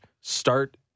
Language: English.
start